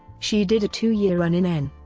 she did a two-year run in n.